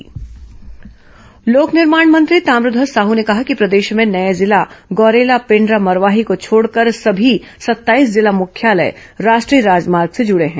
सडक कार्ययोजना लोक निर्माण मंत्री ताम्रध्वज साहू ने कहा है कि प्रदेश में नये जिला गौरेला पेण्ड्रा मरवाही को छोड़कर समी सत्ताईस जिला मुख्यालय राष्ट्रीय राजमार्ग से जुडे हैं